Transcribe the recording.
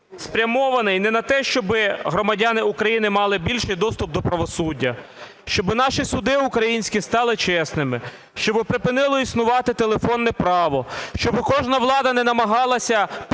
спрямований не на те, щоби громадяни України мали більший доступ до правосуддя, щоби наші суди українські стали чесними, щоби припинило існувати телефонне право, щоби кожна влада не намагалася під